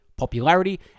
popularity